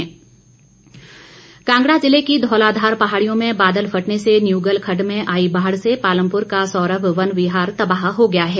कांगडा मंडी बारिश कांगड़ा जिले की धौलाधार पहाड़ियों में बादल फटने से न्यूगल खड़ड में आई बाढ़ से पालमपुर का सौरम वन विहार तबाह हो गया है